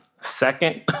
second